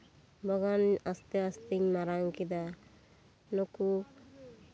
ᱵᱟᱜᱟᱱ ᱟᱥᱛᱮ ᱟᱥᱛᱮᱧ ᱢᱟᱨᱟᱝ ᱠᱮᱫᱟ ᱱᱩᱠᱩ